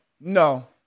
no